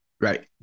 Right